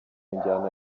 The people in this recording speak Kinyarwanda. njyana